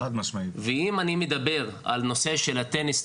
ואם אני מדבר על נושא של הטניס,